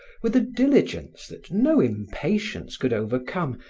with a diligence that no impatience could overcome,